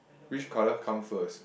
which colour come first